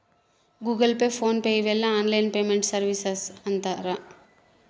Google Pay PhonePe ಇವೆಲ್ಲ online payment services ಅಂತರ್